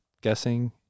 guessing